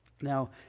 Now